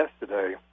yesterday